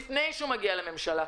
לפני שהוא מגיע לממשלה,